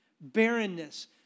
barrenness